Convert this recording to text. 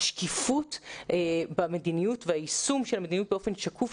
השקיפות במדיניות והיישום של המדיניות באופן שקוף,